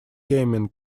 gaming